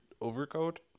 overcoat